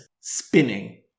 spinning